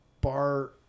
bar